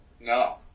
No